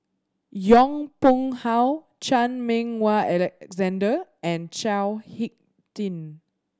Yong Pung How Chan Meng Wah Alexander and Chao Hick Tin